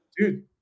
Dude